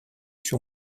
sur